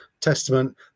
testament